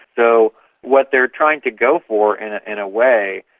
so what they are trying to go for, and in a way,